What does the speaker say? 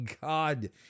God